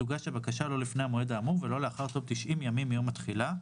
תוגש הבקשה לא לפני המועד האמור ולא לאחר תום 90 ימים מיום התחילה,